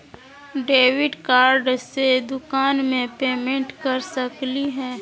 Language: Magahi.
डेबिट कार्ड से दुकान में पेमेंट कर सकली हई?